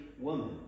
woman